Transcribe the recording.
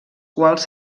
quals